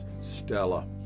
Stella